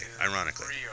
ironically